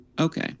Okay